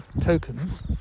tokens